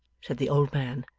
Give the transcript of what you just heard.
said the old man,